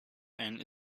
and